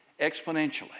Exponentially